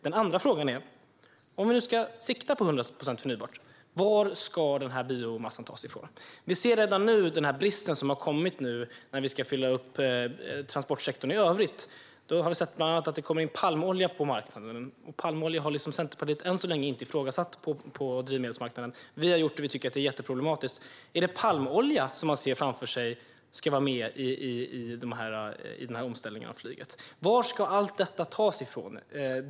Den andra frågan är: Om vi nu ska sikta på 100 procent förnybart - varifrån ska denna biomassa tas? Vi ser redan nu den brist som har uppstått när vi ska fylla upp transportsektorn i övrigt. Vi har bland annat sett att det har kommit in palmolja på marknaden. Än så länge har inte Centerpartiet ifrågasatt palmolja på drivmedelsmarknaden. Vi har gjort det, för vi tycker att det är jätteproblematiskt. Är det palmolja som man ser framför sig? Är det den som ska vara med i omställningen av flyget? Varifrån ska allt detta tas?